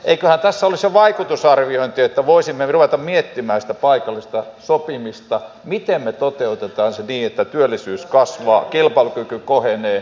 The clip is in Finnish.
eiköhän tässä olisi jo vaikutusarviointia että voisimme ruveta miettimään sitä paikallista sopimista miten me toteutamme sen niin että työllisyys kasvaa kilpailukyky kohenee